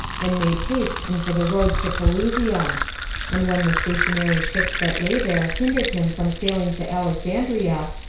and made haste into the road to pelusium and when the stationary ships that lay there hindered him from sailing to alexandria,